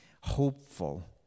hopeful